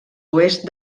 oest